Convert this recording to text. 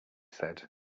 said